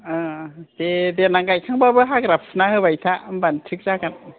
दे देनां गाइखांबाबो हाग्रा फुनानै होबाय था होमबानो थिख जागोन